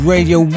Radio